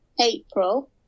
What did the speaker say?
April